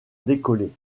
décollé